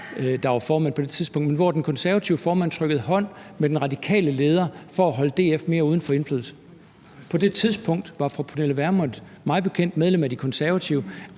der var formand på det tidspunkt, men den konservative formand trykkede hånd med den radikale leder for at holde DF mere uden for indflydelse. På det tidspunkt var fru Pernille Vermund mig bekendt medlem af De Konservative